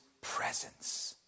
presence